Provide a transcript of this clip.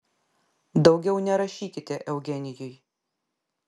daugiau nerašykite eugenijui